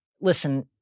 listen